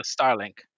Starlink